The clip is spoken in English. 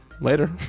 later